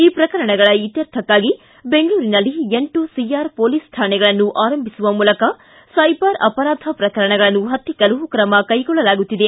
ಈ ಪ್ರಕರಣಗಳ ಇತ್ಯರ್ಥಕ್ಕಾಗಿ ಬೆಂಗಳೂರಿನಲ್ಲಿ ಎಂಟು ಸಿಆರ್ ಮೋಲೀಸ್ ಕಾಣೆಗಳನ್ನು ಆರಂಭಿಸುವ ಮೂಲಕ ಸೈಬರ್ ಅಪರಾಧ ಪ್ರಕರಣಗಳನ್ನು ಪತ್ತಿಕ್ಕಲು ತ್ರಮ ಕೈಗೊಳ್ಳಲಾಗುತ್ತಿದೆ